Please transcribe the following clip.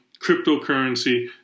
cryptocurrency